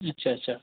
अच्छा अच्छा